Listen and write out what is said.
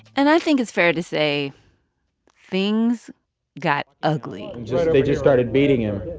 and i think it's fair to say things got ugly they just started beating him.